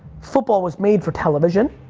football was made for television.